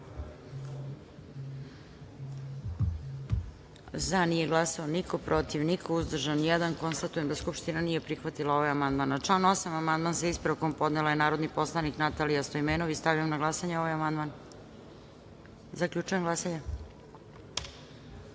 glasanje: za – niko, protiv – niko, uzdržan – jedan. Konstatujem da Skupština nije prihvatila ovaj amandman. Na član 8. amandman sa ispravkom, podnela je narodi poslanik Natalija Stojmenović. Stavljam na glasanje ovaj amandman. Zaključujem glasanje: